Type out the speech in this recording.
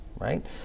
Right